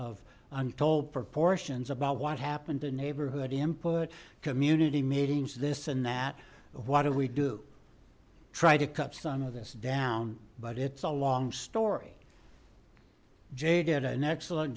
of untold proportions about what happened to neighborhood input community meetings this than that what do we do try to cut some of this down but it's a long story jay did an excellent